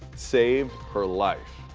saved her life.